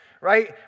right